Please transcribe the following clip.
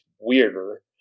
weirder